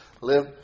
live